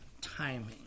timing